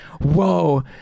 whoa